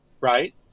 right